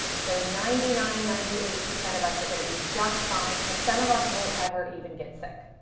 so ninety nine, ninety eight percent of us are going to be just fine. and some of us won't ever even get sick.